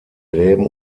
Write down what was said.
gräben